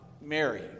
Mary